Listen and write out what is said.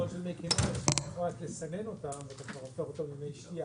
מי כנרת יש לסנן אותם בשביל להפוך אותם למי שתייה,